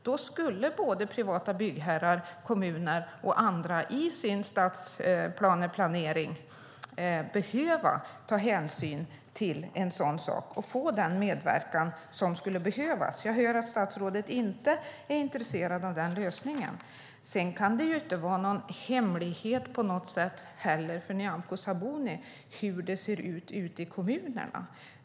Då måste privata byggherrar, kommuner och andra i sin stadsplaneplanering ta hänsyn till en sådan sak och få den medverkan som skulle behövas. Jag hör att statsrådet inte är intresserad av den lösningen. Sedan kan det inte vara någon hemlighet för Nyamko Sabuni hur det ser ut ute i kommunerna.